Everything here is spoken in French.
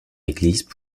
église